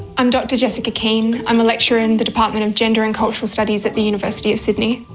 i'm dr jessica keane, i'm a lecturer in the department of gender and cultural studies at the university of sydney.